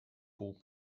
groupe